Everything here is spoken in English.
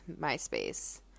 MySpace